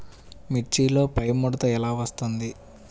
మిర్చిలో పైముడత ఎలా వస్తుంది?